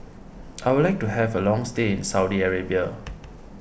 I would like to have a long stay in Saudi Arabia